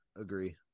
Agree